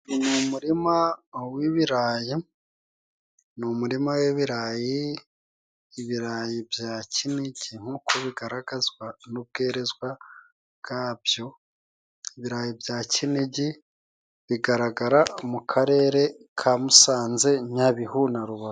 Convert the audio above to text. Uyu ni umurima w'ibirayi. Ni umurima w'ibirayi ibirayi bya kinijyi nkuko bigaragazwa n'ubwerezwa bwabyo ibirayi bya kinijyi bigaragara mu karere ka Musanze, Nyabihu na Rubavu.